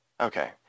Okay